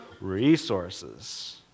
Resources